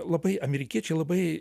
labai amerikiečiai labai